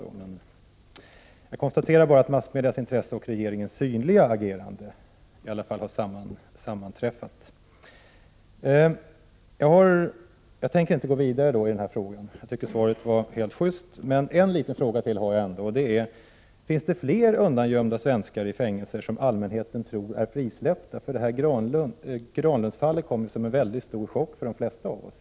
Jag kan bara konstatera att massmedias intresse och regeringens synliga agerande i alla fall har sammanträffat. Jag tänker inte gå vidare i den här frågan, eftersom jag tycker att svaret var helt sjyst. En liten fråga har jag ändå. Finns det flera svenskar — som allmänheten tror är frisläppta — undangömda i fängelse? Fallet Granlund kom ju som en stor chock för de flesta av oss.